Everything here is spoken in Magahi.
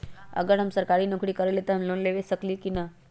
अगर हम सरकारी नौकरी करईले त हम लोन ले सकेली की न?